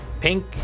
pink